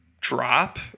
drop